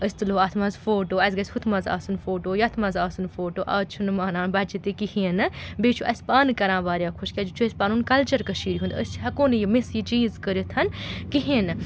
أسۍ تُلو اَتھ منٛز فوٹوٗ اَسہِ گَژھِ ہُتھ منٛز آسُن فوٹوٗ یَتھ منٛز آسُن فوٹوٗ اَز چھُنہٕ مانان بَچہِ تہِ کِہیٖنٛۍ نہٕ بیٚیہِ چھُ اَسہِ پانہٕ کَران واریاہ خۄش کیٛازِ یہِ چھُ أسۍ پَنُن کَلچَر کٔشیٖرِ ہُنٛد أسۍ چھِ ہٮ۪کو نہٕ یہِ مِس یہِ چیٖز کٔرِتھ کِہیٖنۍ نہٕ